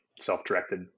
self-directed